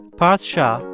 parth shah,